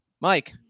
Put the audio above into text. Mike